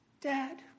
Dad